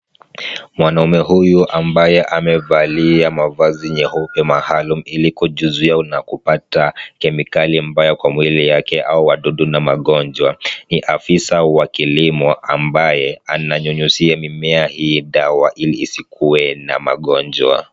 Mwanaume huyu ambaye amevalia mavazi nyeupe maalum ili kujizuia kupata kemikali mbaya kwa mwili yake au wadudu na magonjwa, ni afisa wa kilimo ambaye ananyunyizia mimea hii dawa ili isikuwe na magonjwa.